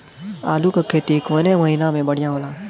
आलू क खेती कवने महीना में बढ़ियां होला?